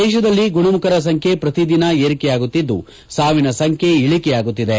ದೇಶದಲ್ಲಿ ಗುಣಮುಖರ ಸಂಖ್ಯೆ ಪ್ರತಿದಿನ ಏರಿಕೆಯಾಗುತ್ತಿದ್ದು ಸಾವಿನ ಸಂಖ್ಯೆ ಇಳಿಕೆಯಾಗುತ್ತಿದೆ